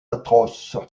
atroces